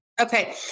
Okay